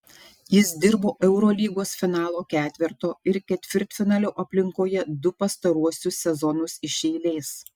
jis dirbo eurolygos finalo ketverto ir ketvirtfinalio aplinkoje du pastaruosius sezonus iš eilės